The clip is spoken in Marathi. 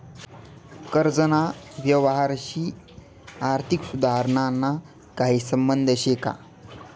कर्जना यवहारशी आर्थिक सुधारणाना काही संबंध शे का?